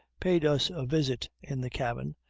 paid us a visit in the cabin,